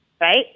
Right